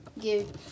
give